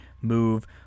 move